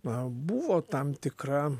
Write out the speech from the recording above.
na buvo tam tikra